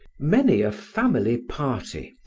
many a family party,